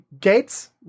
Gates